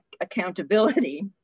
accountability